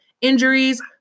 Injuries